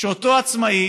שאותו עצמאי